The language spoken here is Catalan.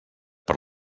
per